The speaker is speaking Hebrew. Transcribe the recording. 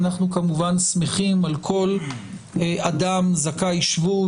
ואנחנו כמובן שמחים על כל אדם זכאי שבות